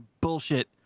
bullshit